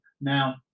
now